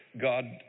God